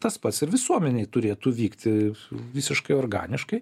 tas pats ir visuomenėj turėtų vykti visiškai organiškai